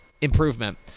improvement